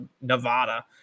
Nevada